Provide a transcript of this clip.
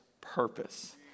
purpose